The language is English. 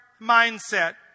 mindset